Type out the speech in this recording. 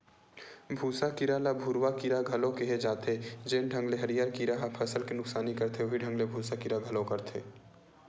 भूँसा कीरा ल भूरूवा कीरा घलो केहे जाथे, जेन ढंग ले हरियर कीरा ह फसल के नुकसानी करथे उहीं ढंग ले भूँसा कीरा घलो करथे